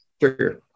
Sure